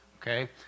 Okay